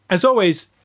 as always,